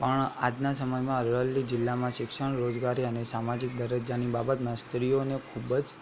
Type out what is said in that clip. પણ આજના સમયમાં અરવલ્લી જિલ્લામાં શિક્ષણ રોજગારી અને સામાજિક દરજ્જાની બાબતમાં સ્ત્રીઓને ખૂબ જ